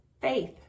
faith